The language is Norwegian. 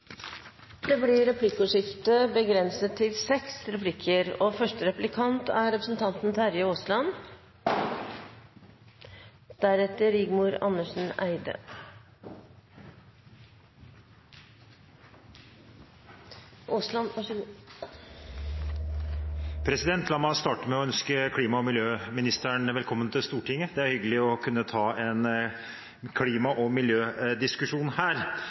Det blir replikkordskifte. La meg starte med å ønske klima- og miljøministeren velkommen til Stortinget. Det er hyggelig å kunne ta en klima- og miljødiskusjon her.